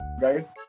Guys